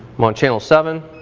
i'm on channel seven,